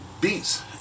beats